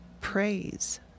praise